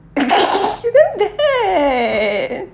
you damn bad